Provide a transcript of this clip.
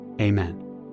Amen